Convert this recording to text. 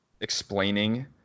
explaining